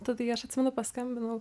tada jei aš atsimenu paskambinau